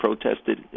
protested